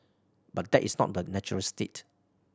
but that is not the natural state